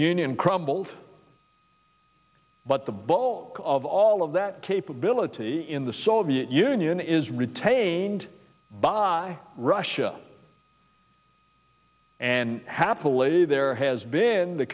union crumbled but the bulk of all of that capability in the soviet union is retained by russia and happily there has been the